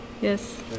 Yes